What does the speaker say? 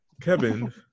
Kevin